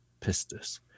pistis